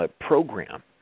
Program